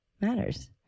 matters